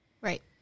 Right